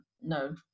no